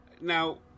Now